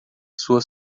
sua